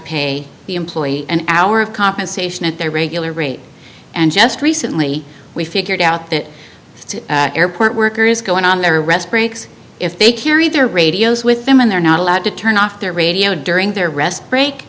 pay the employee an hour of compensation at their regular rate and just recently we figured out that airport workers go in on their rest breaks if they carry their radios with them and they're not allowed to turn off their radio during their rest break